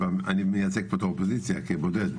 אז אני מייצג פה את האופוזיציה כבודד.